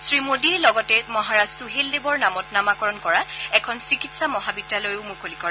শ্ৰীমোদীয়ে লগতে মহাৰাজ সুহেল দেবৰ নামত নামকৰণ কৰা এখন চিকিৎসা মহাবিদ্যালয়ো মুকলি কৰে